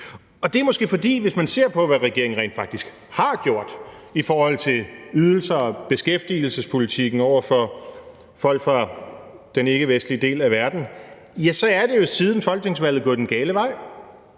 Det er måske, fordi – hvis man ser på, hvad regeringen rent faktisk har gjort i forhold til ydelserne og beskæftigelsespolitikken over for folk fra den ikkevestlige del af verden – det jo siden folketingsvalget er gået den gale vej.